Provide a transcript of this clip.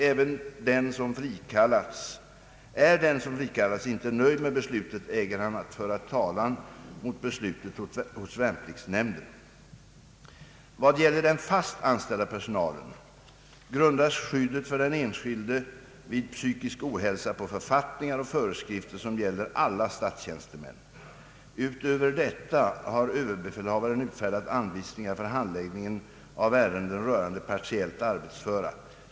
Är den som frikallats icke nöjd med beslutet äger han föra talan mot beslutet hos värnpliktsnämnden. Vad gäller den fast anställda personalen grundas skyddet för den enskilde vid psykisk ohälsa på författningar och föreskrifter som gäller alla statstjänstemän. Utöver detta har överbefälhavaren utfärdat anvisningar för handläggningen av ärenden rörande partiellt arbetsföra.